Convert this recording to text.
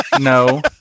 No